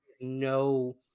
no